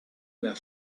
their